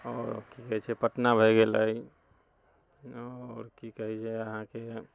आओर की कहैत छै पटना भए गेलै आओर की कहैत छै अहाँकेँ